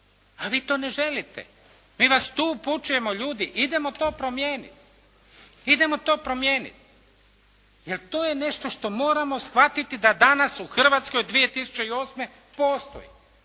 A vi to ne želite. Mi vas tu upućujemo ljudi idemo to promijeniti, idemo to promijeniti. Jer to je nešto što moramo shvatiti da danas u Hrvatskoj 2008. postoji.